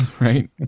right